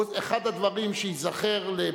אחד הדברים שייזכרו,